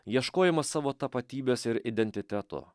ieškojimas savo tapatybės ir identiteto